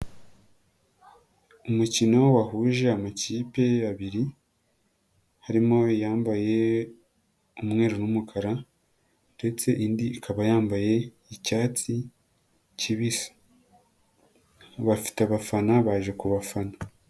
Umukino wahuje amakipe abiri, harimo iyambaye umweru n'umukara ndetse indi ikaba yambaye icyatsi kibisi bafite abafana baje ku bafana.